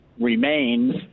remains